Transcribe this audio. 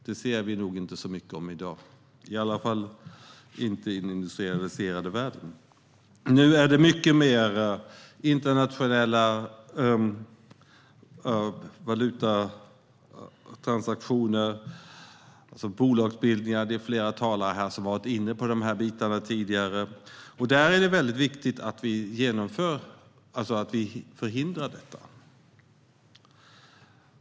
Det ser vi inte mycket av i dag, i varje fall inte i den industrialiserade världen. Nu är det mycket mer internationella valutatransaktioner och bolagsbildningar. Det är flera talare som har varit inne på de bitarna tidigare. Det är väldigt viktigt att vi förhindrar detta.